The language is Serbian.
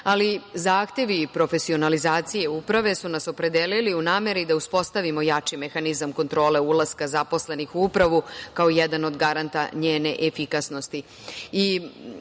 ali zahtevi i profesionalizacija uprave su nas opredelili u nameri da uspostavimo jači mehanizam kontrole ulaska zaposlenih u upravu, kao jedan od garanta njene efikasnosti. Želela